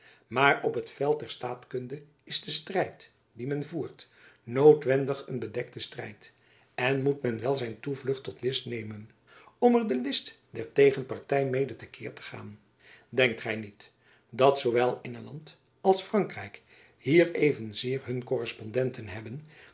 maar op het veld der staatkunde is de strijd dien men voert noodwendig een bedekte strijd en moet men wel zijn toevlucht tot list nemen om er de list der tegenparty mede te keer te gaan denkt gy niet dat zoowel engeland als frankjacob van lennep elizabeth musch rijk hier evenzeer hun korrespondenten hebben